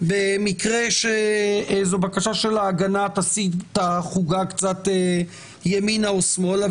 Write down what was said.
במקרה שבקשת ההגנה תסיט את החוגה קצת ימינה או שמאלה?